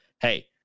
Hey